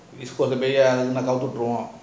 east coast பொய் கோவித்து விட்டுருவோம்:poi kovuthu viduruvom